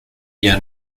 ella